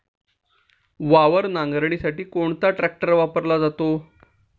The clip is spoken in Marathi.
वावर नांगरणीसाठी कोणता ट्रॅक्टर वापरला जातो?